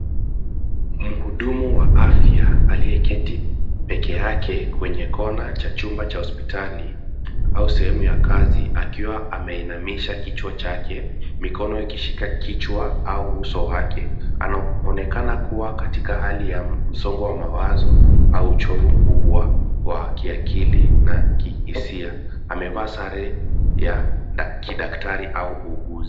Mhudumu wa afya aliyeketi pekee yake kwenye kona cha chumba cha hospitali au sehemu ya kazi akiwa ameinamisha kichwa chake, mikono ikishika kichwa au uso wake. Anaonekana kuwa katika hali ya msongo wa mawazo au uchovu mkubwa wa kiakili na kihisia. Amevaa sare ya kidaktari au uuguzi.